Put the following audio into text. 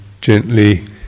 gently